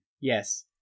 Yes